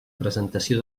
presentació